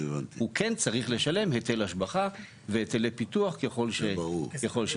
הוא כן צריך לשלם היטל השבחה והיטלי פיתוח ככל שיש.